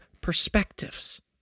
perspectives